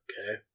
Okay